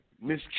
Miss